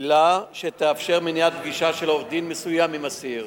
עילה שתאפשר מניעת פגישה של עורך-דין מסוים עם אסיר,